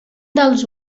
dels